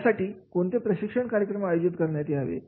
यासाठी कोणते प्रशिक्षण कार्यक्रम आयोजित करण्यात यावेत